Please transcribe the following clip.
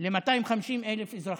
ל-250,000 אזרחים.